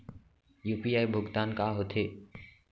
UPI भुगतान का होथे?